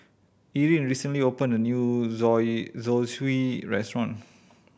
Irine recently opened a new Zosui Restaurant